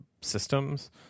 systems